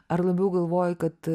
ar labiau galvoji kad